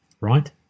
Right